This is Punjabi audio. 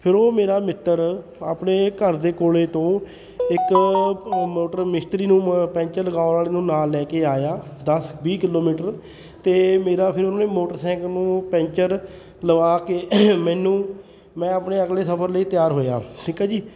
ਫਿਰ ਉਹ ਮੇਰਾ ਮਿੱਤਰ ਆਪਣੇ ਘਰ ਦੇ ਕੋਲ ਤੋਂ ਇੱਕ ਮੋਟਰ ਮਿਸਤਰੀ ਨੂੰ ਮ ਪੈਂਚਰ ਲਗਾਉਣ ਨੂੰ ਨਾਲ ਲੈ ਕੇ ਆਇਆ ਦਸ ਵੀਹ ਕਿਲੋਮੀਟਰ 'ਤੇ ਮੇਰਾ ਫਿਰ ਉਹਨਾਂ ਨੇ ਮੋਟਰਸਾਈਕਲ ਨੂੰ ਪੈਂਚਰ ਲਵਾ ਕੇ ਮੈਨੂੰ ਮੈਂ ਆਪਣੇ ਅਗਲੇ ਸਫ਼ਰ ਲਈ ਤਿਆਰ ਹੋਇਆ ਠੀਕ ਆ ਜੀ